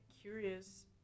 curious